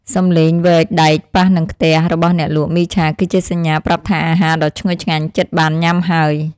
សំឡេងវែកដែកប៉ះនឹងខ្ទះរបស់អ្នកលក់មីឆាគឺជាសញ្ញាប្រាប់ថាអាហារដ៏ឈ្ងុយឆ្ងាញ់ជិតបានញ៉ាំហើយ។